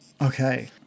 Okay